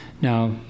Now